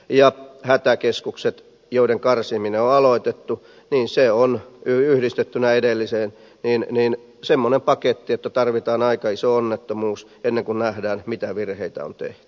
se että hätäkeskusten karsiminen on aloitettu on yhdistettynä edelliseen semmoinen paketti että tarvitaan aika iso onnettomuus ennen kuin nähdään mitä virheitä on tehty